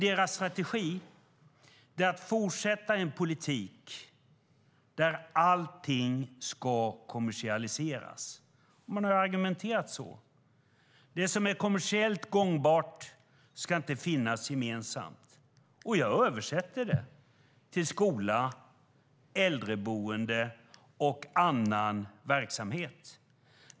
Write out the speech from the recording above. Deras strategi är att fortsätta en politik där allting ska kommersialiseras. Man har argumenterat så. Det som är kommersiellt gångbart ska inte finnas gemensamt. Jag översätter det till skola, äldreboende och annan verksamhet.